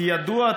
כידוע,